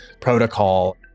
protocol